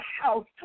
house